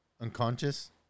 unconscious